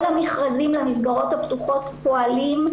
כל המכרזים למסגרות הפתוחות פועלים,